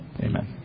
Amen